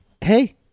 hey